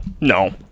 No